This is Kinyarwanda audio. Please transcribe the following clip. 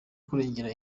kurengera